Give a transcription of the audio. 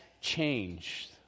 changed